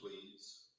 please